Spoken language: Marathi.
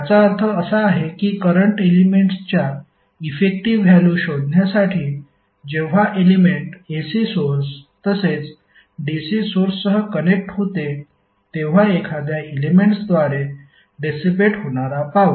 याचा अर्थ असा आहे की करंट एलेमेंट्सच्या इफेक्टिव्ह व्हॅल्यु शोधण्यासाठी जेव्हा एलेमेंट AC सोर्स तसेच DC सोर्ससह कनेक्ट होते तेव्हा एखाद्या एलेमेंट्सद्वारे डेसीपेट होणारा पॉवर